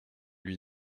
lui